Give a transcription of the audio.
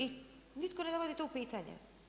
I nitko ne dovodi to u pitanje.